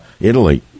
Italy